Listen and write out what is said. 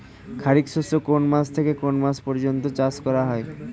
খারিফ শস্য কোন মাস থেকে কোন মাস পর্যন্ত চাষ করা হয়?